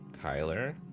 Kyler